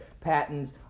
patents